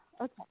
okay